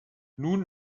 nun